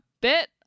bit